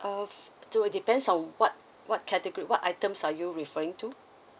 uh f~ to uh depends on what what category what items are you referring to